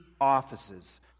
offices